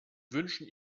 wünschen